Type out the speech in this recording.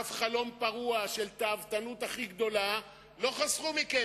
אף חלום פרוע של תאוותנות הכי גדולה לא חסכו מכם.